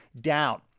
down